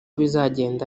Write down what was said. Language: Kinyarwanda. bizagenda